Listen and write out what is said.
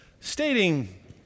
stating